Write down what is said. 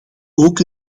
ook